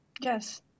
Yes